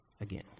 again